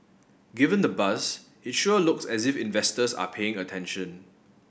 given the buzz it sure looks as if investors are paying attention